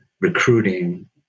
recruiting